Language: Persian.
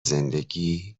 زندگی